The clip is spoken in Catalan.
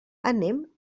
anem